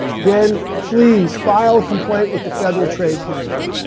then, please, file a complaint with the federal trade commission.